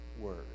Word